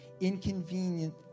inconvenient